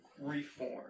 reform